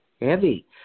heavy